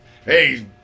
Hey